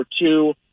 two